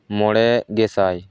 ᱢᱚᱬᱮ ᱜᱮᱥᱟᱭ